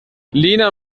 lena